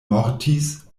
mortis